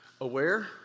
aware